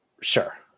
Sure